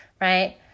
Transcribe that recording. right